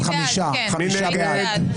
מי נמנע?